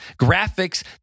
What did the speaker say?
graphics